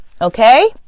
Okay